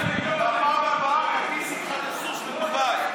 בפעם הבאה תטיס איתך את הסוס לדובאי.